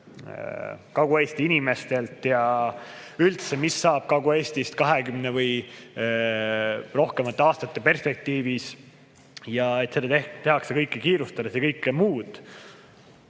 Kagu-Eesti inimestelt ja üldse, mis saab Kagu-Eestist 20 või rohkemate aastate perspektiivis ja et seda tehakse kõike kiirustades ja kõike muud.